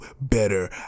better